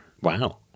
Wow